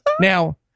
Now